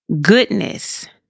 Goodness